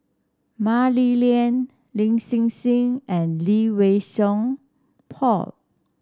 Mah Li Lian Lin Hsin Hsin and Lee Wei Song Paul